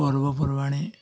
ପର୍ବପର୍ବାଣୀ